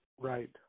Right